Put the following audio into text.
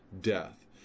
death